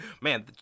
Man